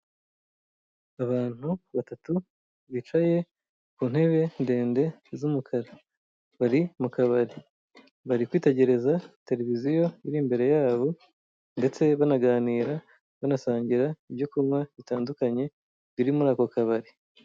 Abantu batatu bicaye ku ntebe ndende z'umukara, bari mu kabari. Bari kwitegereza televiziyo iri imbere yabo ndetse banaganira, banasangira ibyo kunywa bitandukanye biri muri ako kabari.